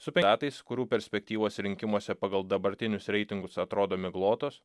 su tais kurių perspektyvos rinkimuose pagal dabartinius reitingus atrodo miglotos